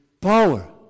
power